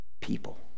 people